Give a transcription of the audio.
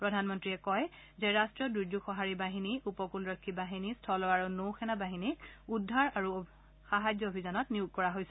প্ৰধানমন্ত্ৰীয়ে কয় যে ৰাষ্ট্ৰীয় দুৰ্যোগ সঁহাৰি বাহিনী উপকূলৰক্ষী বাহিনী স্থল আৰু নৌ সেনাবাহিনীক উদ্ধাৰ আৰু সাহায্য অভিযানত নিয়োগ কৰা হৈছে